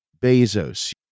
Bezos